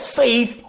faith